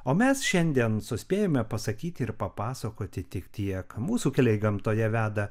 o mes šiandien suspėjome pasakyti ir papasakoti tik tiek mūsų keliai gamtoje veda